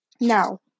Now